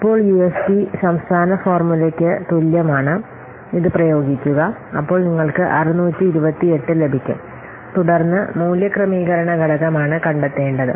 ഇപ്പോൾ യുഎഫ്പി സംസ്ഥാന ഫോർമുലക്ക് തുല്യമാണ് ഇത് പ്രയോഗിക്കുക അപ്പോൾ നിങ്ങൾക്ക് 628 ലഭിക്കും തുടർന്ന് മൂല്യ ക്രമീകരണ ഘടകമാണ് കണ്ടെത്തേണ്ടത്